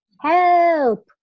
help